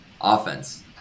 offense